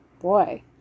Boy